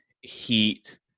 Heat